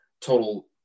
total